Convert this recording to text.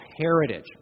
heritage